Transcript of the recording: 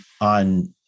on